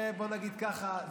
בוא נגיד ככה,